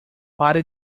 pare